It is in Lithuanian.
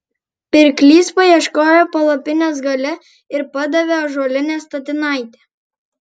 pirklys paieškojo palapinės gale ir padavė ąžuolinę statinaitę